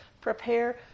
prepare